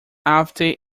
after